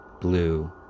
blue